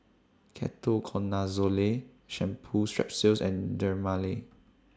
Ketoconazole Shampoo Strepsils and Dermale